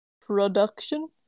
production